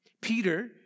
Peter